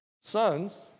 sons